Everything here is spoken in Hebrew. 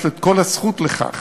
יש לו כל הזכות לכך.